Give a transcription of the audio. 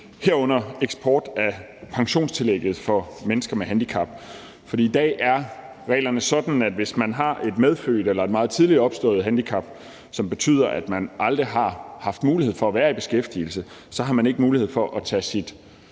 herunder eksport af pensionstillægget for mennesker med handicap. I dag er reglerne sådan, at hvis man har et medfødt eller et meget tidligt opstået handicap, som betyder, at man aldrig har haft mulighed for at være i beskæftigelse, har man ikke mulighed for at tage sit